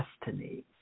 destiny